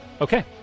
Okay